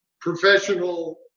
professional